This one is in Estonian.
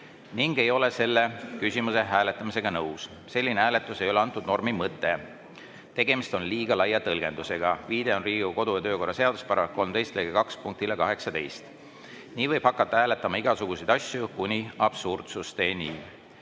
ning ei ole selle küsimuse hääletamisega nõus. Selline hääletus ei ole antud normi mõte, tegemist on liiga laia tõlgendusega. Viide on Riigikogu kodu‑ ja töökorra seaduse § 13 lõike 2 punktile 18. Nii võib hakata hääletama igasuguseid asju kuni absurdsusteni.